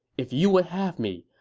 if you would have me,